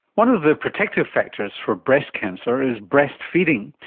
one of the protective factors for breast cancer is breast feeding.